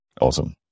awesome